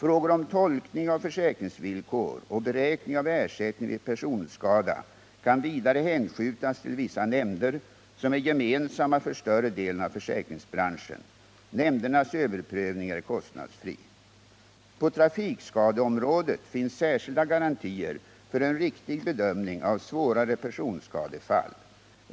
Frågor om tolkning av försäkringsvillkor och beräkning av ersättning vid personskada kan vidare hänskjutas till vissa nämnder som är gemensamma för större delen av försäkringsbran schen. Nämndernas överprövning är kostnadsfri. På trafikskadeområdet finns särskilda garantier för en riktig bedömning av svårare personskadefall.